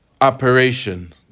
operation